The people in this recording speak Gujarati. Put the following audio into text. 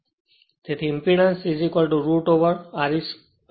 તેથી impedance root over Re1 2 Xe 1 2 છે